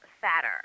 fatter